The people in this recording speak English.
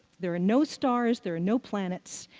there are no stars, there are no planets.